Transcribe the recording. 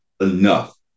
enough